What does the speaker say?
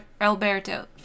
Alberto